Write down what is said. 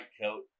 coat